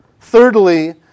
thirdly